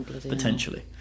potentially